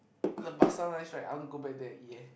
the pasar nice right I want to go back there and eat eh